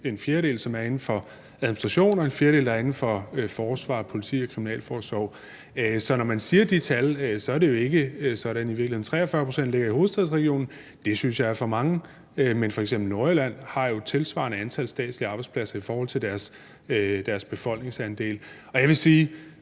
en fjerdedel, som er inden for administration, og en fjerdedel, der er inden for forsvar, politi og kriminalforsorg. Så når man kommer med de tal, er det jo ikke sådan i virkeligheden. 43 pct. ligger i hovedstadsregionen. Det synes jeg er for mange, men f.eks. Nordjylland har jo et tilsvarende antal statslige arbejdspladser i forhold til deres befolkningsandel. Jeg vil sige,